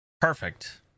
perfect